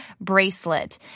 bracelet